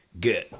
good